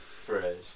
Fresh